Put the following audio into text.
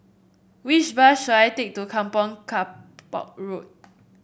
which bus should I take to Kampong Kapor Road